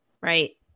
right